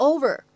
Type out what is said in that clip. Over